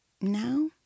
Now